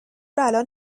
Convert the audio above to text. الان